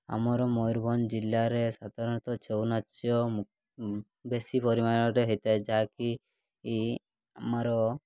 ଆମର ମୟୂରଭଞ୍ଜ ଜିଲ୍ଲାରେ ସାଧାରଣତଃ ଛଉ ନାଚ ବେଶୀ ପରିମାଣରେ ହୋଇଥାଏ ଯାହାକି କି ଆମର